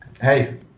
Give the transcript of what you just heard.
hey